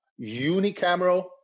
unicameral